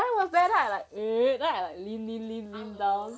the guy was there lah like eh then I like lean lean lean down